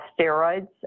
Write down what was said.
steroids